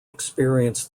experienced